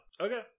Okay